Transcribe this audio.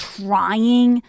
trying